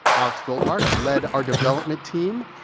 alex goldmark led our development team.